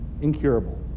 incurable